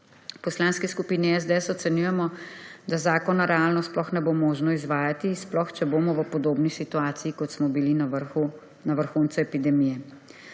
Poslanski skupini SDS ocenjujemo, da zakona realno sploh ne bo možno izvajati, sploh če bomo v podobni situaciji, kot smo bili na vrhuncu epidemije.